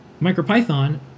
MicroPython